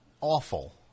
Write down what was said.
Awful